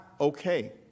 okay